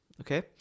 Okay